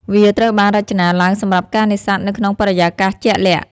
វាត្រូវបានរចនាឡើងសម្រាប់ការនេសាទនៅក្នុងបរិយាកាសជាក់លាក់។